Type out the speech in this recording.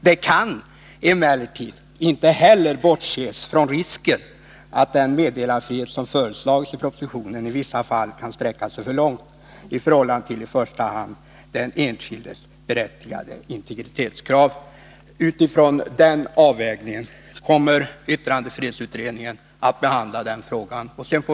Det kan emellertid inte heller bortses från risken att den meddelarfrihet som föreslagits i propositionen i vissa fall kan sträcka sig för långt i förhållande till i första hand den enskildes berättigade integritetskrav.” Utifrån den avvägningen kommer yttrandefrihetsutredningen att behandla frågan.